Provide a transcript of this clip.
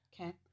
Okay